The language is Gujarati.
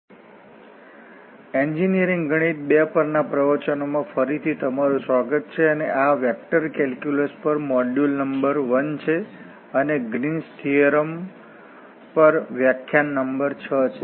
તેથી એન્જીનિયરિંગ ગણિત II પરના પ્રવચનોમાં ફરીથી તમારું સ્વાગત છે અને આ વેક્ટર કેલ્ક્યુલસ પર મોડ્યુલ નંબર 1 છે અને ગ્રીન્સ થીઓરમ Green's theorem પર વ્યાખ્યાન નંબર 6 છે